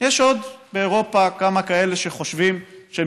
יש עוד באירופה כמה כאלה שחושבים שהם